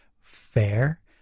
fair